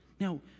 Now